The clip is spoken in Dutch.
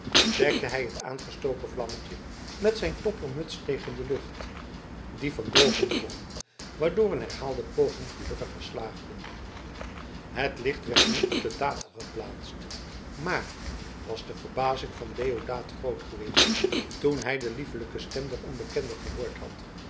dekte hij het aangestoken vlammetje met zijn toppermuts tegen de lucht die van boven kwam waardoor een herhaalde poging gelukkiger slaagde het licht werd nu op de tafel geplaatst maar was de verbazing van deodaat groot geweest toen hij de liefelijke stem der onbekende gehoord had